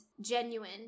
genuine